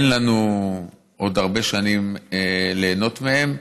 אין לנו עוד הרבה שנים ליהנות מהם.